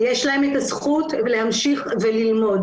יש להם את הזכות להמשיך וללמוד.